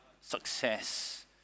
success